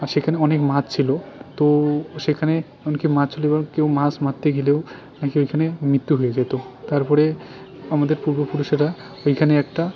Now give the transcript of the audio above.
আর সেখানে অনেক মাছ ছিল তো সেখানে এমনকি মাছ কেউ মাছ মারতে গেলেও নাকি ওইখানে মৃত্যু হয়ে যেত তার পরে আমাদের পূর্বপুরুষেরা ওইখানে একটা